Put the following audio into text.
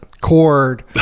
cord